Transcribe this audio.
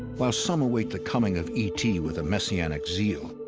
while some await the coming of e t. with a messianic zeal,